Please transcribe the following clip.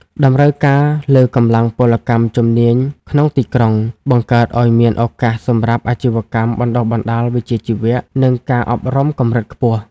តម្រូវការលើកម្លាំងពលកម្មជំនាញក្នុងទីក្រុង បង្កើតឱ្យមានឱកាសសម្រាប់អាជីវកម្មបណ្ដុះបណ្ដាលវិជ្ជាជីវៈ និងការអប់រំកម្រិតខ្ពស់។